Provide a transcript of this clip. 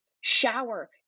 shower